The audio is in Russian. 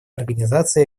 организации